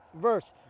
verse